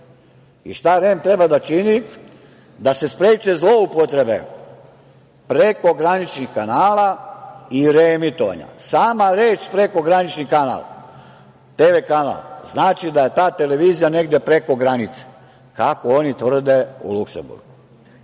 i šta REM treba da čini da se spreče zloupotrebe prekograničnih kanala i reemitovanja. Sama reč „prekogranični kanal“, tv kanal, znači da je ta televizija negde preko granice, kako oni tvrde u Luksemburgu.